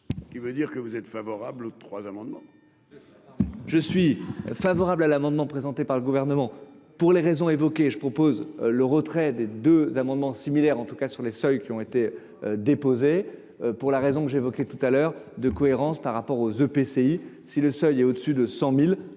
Qui veut dire que vous êtes favorable trois amendements. Je suis favorable à l'amendement présenté par le gouvernement pour les raisons évoquées, je propose le retrait des 2 amendements similaires, en tout cas sur les seuils qui ont été déposées pour la raison que j'évoquais tout à l'heure de cohérence par rapport aux EPCI si le seuil est au-dessus de cent